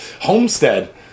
homestead